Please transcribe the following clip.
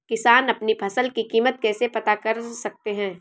किसान अपनी फसल की कीमत कैसे पता कर सकते हैं?